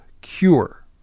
cure